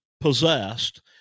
possessed